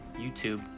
YouTube